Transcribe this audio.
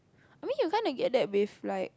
I mean you kind of get that with like